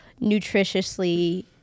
nutritiously